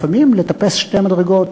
לפעמים לטפס שתי מדרגות